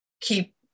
keep